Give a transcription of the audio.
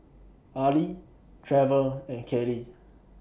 Arlie Trevor and Kalie